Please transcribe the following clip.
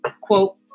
quote